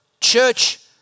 church